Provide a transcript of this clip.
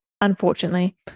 unfortunately